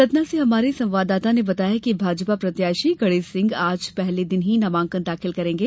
सतना से हमारे संवाददाता ने बताया है कि भाजपा प्रत्याशी गणेश सिंह आज पहले दिन ही नामांकन दाखिल करेंगे